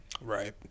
Right